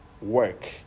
work